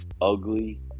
ugly